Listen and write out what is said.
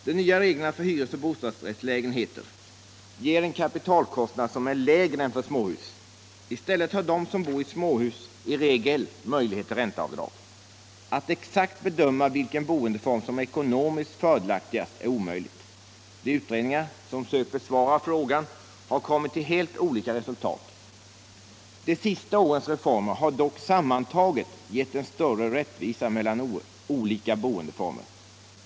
De nya reglerna för hyresoch bostadsrättslägenheter ger en kapitalkostnad som är lägre än för småhus. I stället har de som bor i småhus i regel möjlighet till ränteavdrag. Att exakt bedöma vilken boendeform som är ekonomiskt fördelaktigast är omöjligt. De utredningar som sökt besvara frågan har kommit till helt olika resultat. De sista årens reformer har dock sammantaget gett en större rättvisa mellan olika boendeformer.